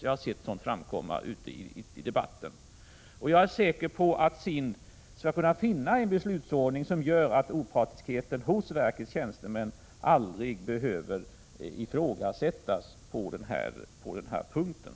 Detta har som sagt framkommit ute i debatten, men jag är säker på att SIND skall kunna finna en beslutsordning som gör att opartiskheten hos verkets tjänstemän aldrig behöver ifrågasättas på den här punkten.